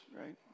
right